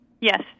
Yes